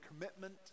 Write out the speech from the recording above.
commitment